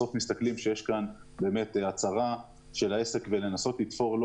בסוף מחפשים הצהרה של העסק ומנסים לתפור לו